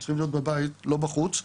הם צריכים להיות בבית לא בחוץ,